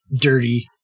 dirty